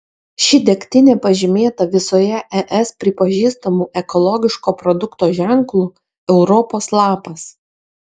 ši degtinė pažymėta visoje es pripažįstamu ekologiško produkto ženklu europos lapas